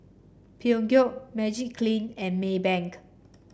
Peugeot Magiclean and Maybank